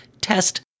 test